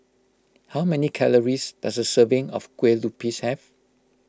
how many calories does a serving of Kue Lupis have